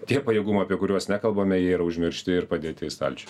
tie pajėgumai apie kuriuos nekalbame jie yra užmiršti ir padėti į stalčių